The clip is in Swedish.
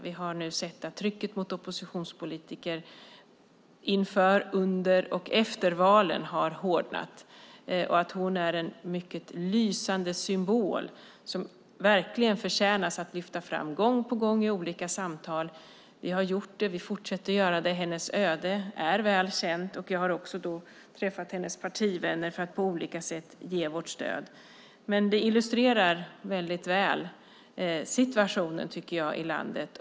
Vi har sett att trycket mot oppositionspolitiker inför, under och efter valen har hårdnat. Hon är en mycket lysande symbol som verkligen förtjänar att lyftas fram gång på gång i olika samtal. Vi har gjort det, och vi fortsätter att göra det. Hennes öde är väl känt. Jag har också träffat hennes partivänner för att på olika sätt ge vårt stöd. Jag tycker att det väldigt väl illustrerar situationen i landet.